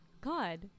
god